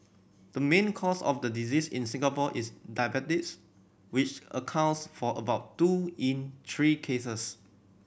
the main cause of the disease in Singapore is diabetes which accounts for about two in three cases